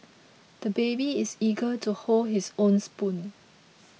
the baby is eager to hold his own spoon